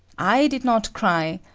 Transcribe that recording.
i did not cry,